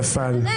נפל.